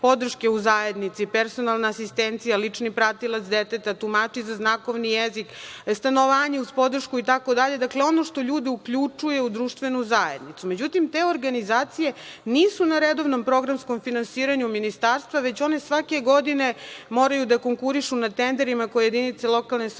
u zajednici, personalna asistencija, lični pratilac deteta, tumači za znakovni jezik, stanovanje uz podršku itd, dakle ono što ljude uključuje u društvenu zajednicu.Međutim, te organizacije nisu na redovnom programskom finansiranju ministarstva, već one svake godine moraju da konkurišu na tenderima koje jedinice lokalne samouprave